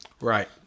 Right